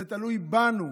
זה תלוי בנו.